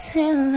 Till